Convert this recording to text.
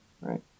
right